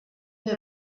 der